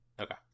Okay